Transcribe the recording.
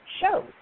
shows